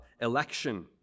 election